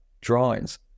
drawings